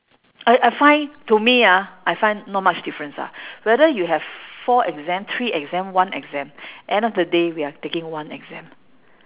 I I find to me ah I find not much difference ah whether you have four exam three exam one exam end of the day we are taking one exam